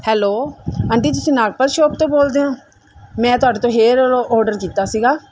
hello aunty ਤੁਸੀਂ Nagpal shop ਤੋਂ ਬੋਲਦੇ ਹੋ ਮੈਂ ਤੁਹਾਡੇ ਤੋਂ ਹੇਅ ਰਰ ਆਰਡਰ ਦਿੱਤਾ ਸੀਗਾ